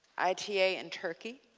i t a. and turkey.